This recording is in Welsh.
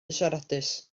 siaradus